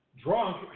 drunk